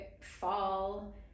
fall